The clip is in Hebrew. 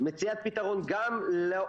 מציאת פתרון גם לו,